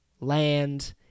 land